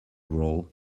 role